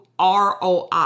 ROI